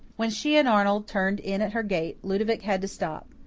when she and arnold turned in at her gate, ludovic had to stop.